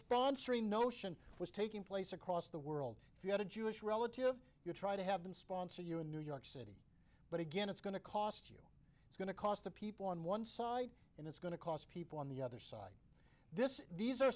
sponsoring notion was taking place across the world if you had a jewish relative you try to have them sponsor you in new york city but again it's going to cost you it's going to cost the people on one side and it's going to cost people on the other side this these are